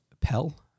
Pell